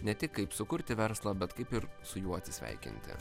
ne tik kaip sukurti verslą bet kaip ir su juo atsisveikinti